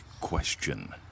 question